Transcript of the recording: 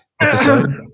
episode